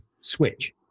switch